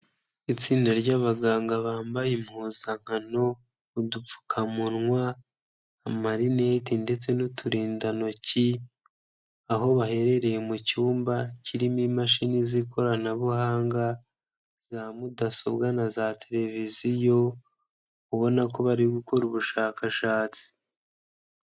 Itsinda ry'abaganga bambaye impuzankano, udupfukamunwa, amarinete ndetse n'uturindantoki, aho baherereye mu cyumba kirimo imashini z'ikoranabuhanga, za mudasobwa na za tereviziyo, ubona ko bari gukora ubushakashatsi.